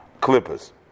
Clippers